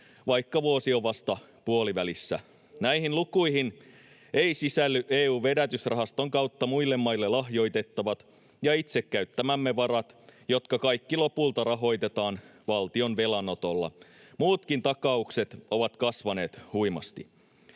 vaikka vuosi on vasta puolivälissä. Näihin lukuihin eivät sisälly EU:n vedätysrahaston kautta muille maille lahjoitettavat ja itse käyttämämme varat, jotka kaikki lopulta rahoitetaan valtion velanotolla. Muutkin takaukset ovat kasvaneet huimasti.